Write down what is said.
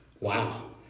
Wow